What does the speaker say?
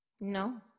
No